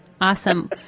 Awesome